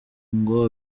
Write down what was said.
ngo